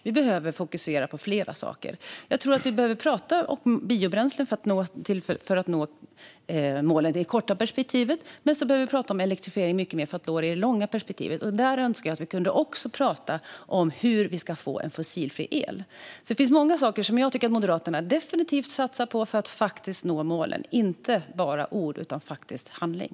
Vi behöver fokusera på flera saker. Jag tror att vi behöver prata om biobränslen för att nå målen i det korta perspektivet. Men sedan behöver vi prata mycket mer om elektrifiering för att nå målen i det långa perspektivet. Där önskar jag att vi också kunde prata om hur vi ska få fossilfri el. Det finns alltså många saker som jag tycker att Moderaterna definitivt satsar på för att nå målen, inte bara med ord utan med handling.